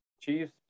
Chiefs